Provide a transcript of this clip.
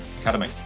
academy